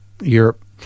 Europe